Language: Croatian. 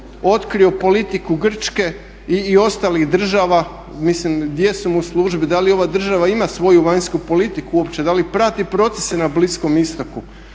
otkrio politiku Grčke i ostalih država. Mislim gdje su mu službe? Da li ova država ima svoju vanjsku politiku uopće? Da li prati procese na Bliskom istoku?